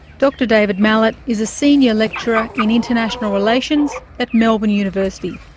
dr david malet is a senior lecturer in international relations at melbourne university,